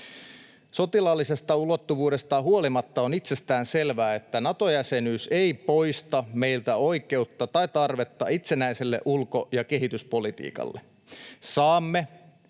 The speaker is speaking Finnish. Sotilaallisesta ulottuvuudesta huolimatta on itsestäänselvää, että Nato-jäsenyys ei poista meiltä oikeutta tai tarvetta itsenäiselle ulko- ja kehityspolitiikalle. Saamme